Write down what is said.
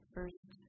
First